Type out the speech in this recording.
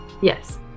yes